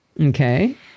Okay